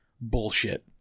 bullshit